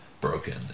broken